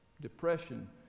Depression